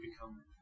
become